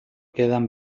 quedan